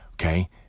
Okay